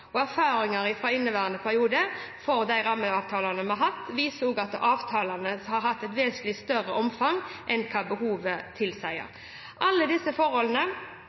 inneværende periode med de rammeavtalene vi har hatt, viser også at avtalene har hatt et vesentlig større omfang enn hva behovet tilsier. Alle disse forholdene